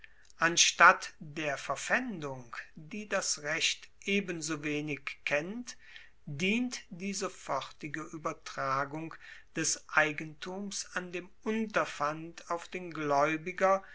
anstatt der verpfaendung die das recht ebensowenig kennt dient die sofortige uebertragung des eigentums an dem unterpfand auf den glaeubiger